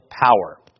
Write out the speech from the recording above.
power